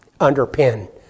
underpin